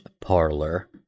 parlor